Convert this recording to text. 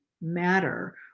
matter